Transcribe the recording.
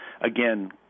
again